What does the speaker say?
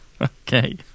Okay